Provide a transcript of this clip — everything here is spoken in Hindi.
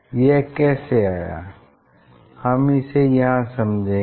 यह कैसे आया हम इसे यहाँ समझेंगे